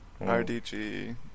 RDG